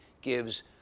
gives